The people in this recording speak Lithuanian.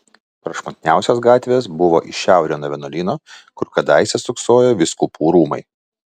prašmatniausios gatvės buvo į šiaurę nuo vienuolyno kur kadaise stūksojo vyskupų rūmai